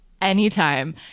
Anytime